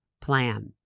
plan